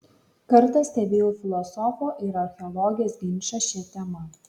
kartą stebėjau filosofo ir archeologės ginčą šia tema